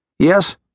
Yes